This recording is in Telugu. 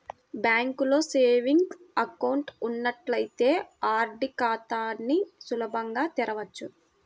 బ్యాంకులో సేవింగ్స్ అకౌంట్ ఉన్నట్లయితే ఆర్డీ ఖాతాని సులభంగా తెరవచ్చు